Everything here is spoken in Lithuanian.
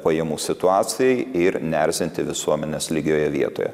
pajamų situacijai ir neerzinti visuomenės lygioje vietoje